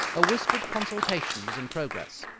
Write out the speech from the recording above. a whispered consultation was in progress.